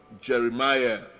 Jeremiah